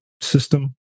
system